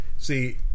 See